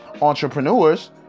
entrepreneurs